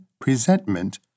presentment